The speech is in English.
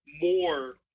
more